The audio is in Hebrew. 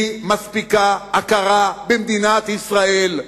לי מספיקה הכרה במדינת ישראל,